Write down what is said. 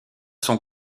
sont